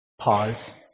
Pause